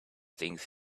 things